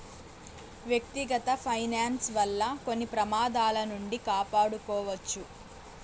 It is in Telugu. వ్యక్తిగత ఫైనాన్స్ వల్ల కొన్ని ప్రమాదాల నుండి కాపాడుకోవచ్చు